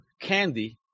candy